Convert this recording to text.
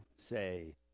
say